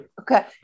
Okay